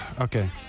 Okay